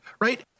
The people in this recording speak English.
right